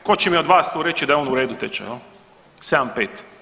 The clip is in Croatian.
Tko će mi od vas tu reći da je on u redu tečaj, 7,5?